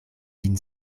vin